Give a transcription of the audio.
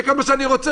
זה כל מה שאני רוצה.